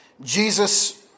Jesus